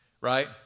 right